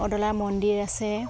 অদলা মন্দিৰ আছে